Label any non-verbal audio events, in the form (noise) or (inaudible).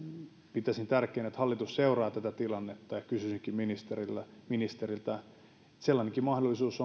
pitäisin tärkeänä että hallitus seuraa tätä tilannetta ja kysyisinkin ministeriltä ministeriltä kun sellainenkin mahdollisuus (unintelligible)